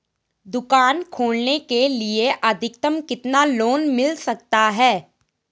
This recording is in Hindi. दुकान खोलने के लिए अधिकतम कितना लोन मिल सकता है?